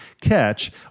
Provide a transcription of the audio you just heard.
catch